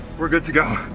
we're good to go,